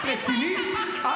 את רצינית?